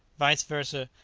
vice versa,